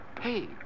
Hey